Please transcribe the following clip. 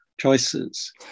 Choices